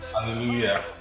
hallelujah